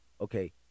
Okay